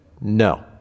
no